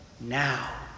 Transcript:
now